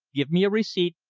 give me a receipt,